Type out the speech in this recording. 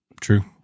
true